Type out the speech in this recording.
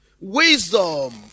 wisdom